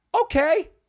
Okay